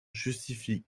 justifie